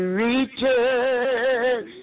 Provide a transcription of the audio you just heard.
reaches